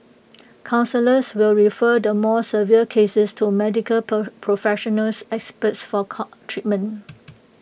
counsellors will refer the more severe cases to medical professional experts for treatment